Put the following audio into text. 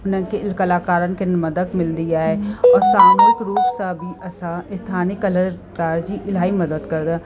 उनखे कलाकारनि खे मदद मिलंदी आहे और सामुहिक रूप सां बि असां स्थानिक कलरकार जी इलाही मदद कंदा